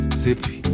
sippy